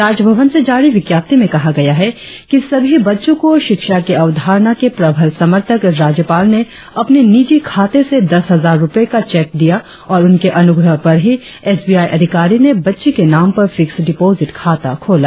राजभवन से जारी विज्ञप्ति में कहा गया है कि सभी बच्चों को शिक्षा की अवधारण के प्रबल समर्थक राज्यपाल ने अपने नीजि खाते से दस हजार रुपए का चैक दिया और उनके अनुग्रह पर ही एस बी आई अधिकारी ने बच्ची के नाम पर फिक्स डिपोजिट खाता खोला